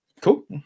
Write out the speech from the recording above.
cool